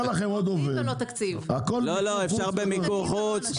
הכול במיקור חוץ?